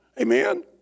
Amen